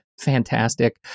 Fantastic